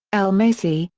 l macy,